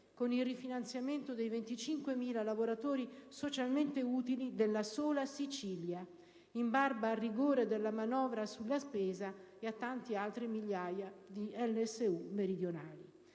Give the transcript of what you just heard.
con il rifinanziamento dei 25.000 lavoratori socialmente utile della sola Sicilia, in barba al rigore della manovra sulla spesa e a tanti altri migliaia di LSU meridionali.